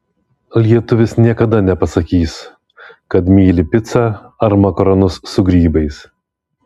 lietuvis niekada nepasakys kad myli picą ar makaronus su grybais